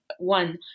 one